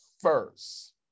first